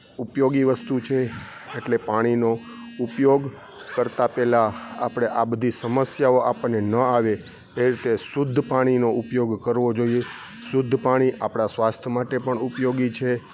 ઉપયોગી વસ્તુ છે એટલે પાણીનો ઉપયોગ કરતાં પહેલા આપણે આ બધી સમસ્યાઓ આપણને ન આવે એ રીતે શુદ્ધ પાણીનો ઉપયોગ કરવો જોઈએ શુદ્ધ પાણી આપણા સ્વાસ્થ્ય માટે પણ ઉપયોગી છે